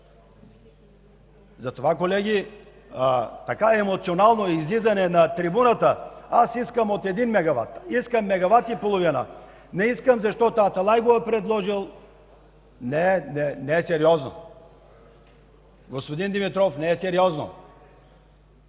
Затова, колеги, такова емоционално излизане на трибуната – аз искам от 1 мегават, искам 1,5 мегавата; не искам, защото Аталай го е предложил, не е сериозно. Господин Димитров, не е сериозно.